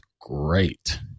great